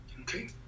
okay